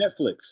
Netflix